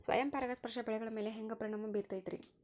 ಸ್ವಯಂ ಪರಾಗಸ್ಪರ್ಶ ಬೆಳೆಗಳ ಮ್ಯಾಲ ಹ್ಯಾಂಗ ಪರಿಣಾಮ ಬಿರ್ತೈತ್ರಿ?